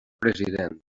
president